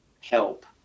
help